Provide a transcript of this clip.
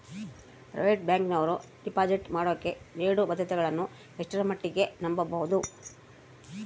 Private ಬ್ಯಾಂಕಿನವರು deposit ಮಾಡೋಕೆ ನೇಡೋ ಭದ್ರತೆಗಳನ್ನು ಎಷ್ಟರ ಮಟ್ಟಿಗೆ ನಂಬಬಹುದು?